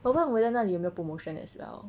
我不懂我在哪里有没有 promotion as well